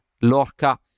Lorca